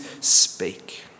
speak